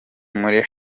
muri